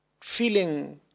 feeling